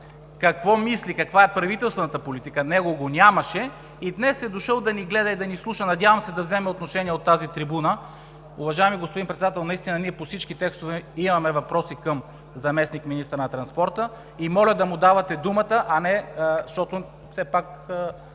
какво мисли, каква е правителствената политика, него го нямаше, и днес е дошъл, за да ни гледа и да ни слуша. Надявам се да вземе отношение от тази трибуна. Уважаеми господин Председател, наистина ние по всички текстове имаме въпроси към заместник-министъра на транспорта и моля да му давате думата, защото все пак